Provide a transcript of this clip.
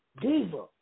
Diva